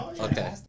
okay